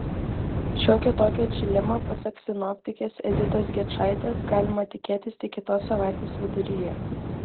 šiokio tokio atšilimo pasak sinoptikės editos gečaitės galima tikėtis tik kitos savaitės viduryje